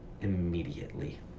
immediately